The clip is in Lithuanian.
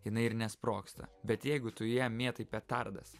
jinai ir nesprogsta bet jeigu tu į ją mėtai petardas